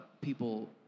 people